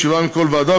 שבעה מכל ועדה,